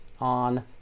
on